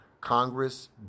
Congress